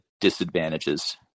disadvantages